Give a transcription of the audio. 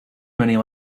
many